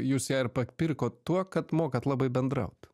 jūs ją ir papirkot tuo kad mokat labai bendraut